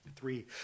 Three